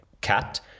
cat